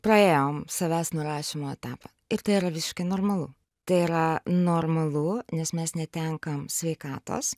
praėjom savęs nurašymo etapą ir tai yra visiškai normalu tai yra normalu nes mes netenkam sveikatos